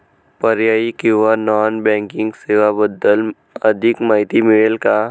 पर्यायी किंवा non banking सेवांबद्दल अधिक माहिती मिळेल का?